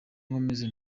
nkomeze